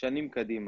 שנים קדימה.